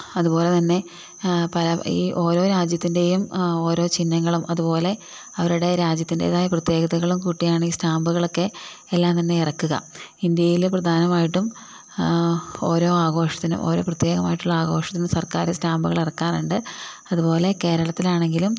അതുപോലെ തന്നെ പല ഓരോ ഈ രാജ്യത്തിൻ്റേയും ഒരോ ചിഹ്നങ്ങളും അതുപോലെ അവരുടെ രാജ്യത്തിൻ്റേതായ പ്രത്യേകതകളും കൂട്ടിയാണ് ഈ സ്റ്റാമ്പുകളൊക്കെ എല്ലാം തന്നെ ഇറക്കുക ഇന്ത്യയ്ല് പ്രധാനമായിട്ടും ഓരോ ആഘോഷത്തിനും പ്രത്യേകമായിട്ട് ഒരു ആഘോഷത്തിന് സർക്കാർ സ്റ്റാമ്പുകൾ ഇറക്കാറുണ്ട് അതുപോലെ കേരളത്തിൽ ആണെങ്കിലും